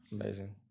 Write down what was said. Amazing